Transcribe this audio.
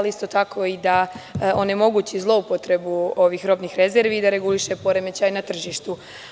Isto tako i da onemogući zloupotrebu ovih robnih rezervi i da reguliše poremećaj na tržištu.